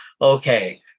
okay